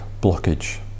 blockage